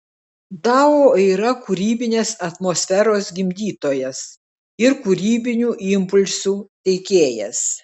dao yra ir kūrybinės atmosferos gimdytojas ir kūrybinių impulsų teikėjas